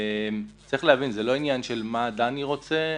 צריך להבין שזה לא עניין מה דני רוצה,